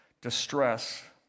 distress